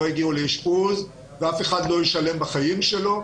יגיעו לאשפוז ואף אחד לא ישלם בחיים שלו.